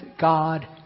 God